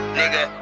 nigga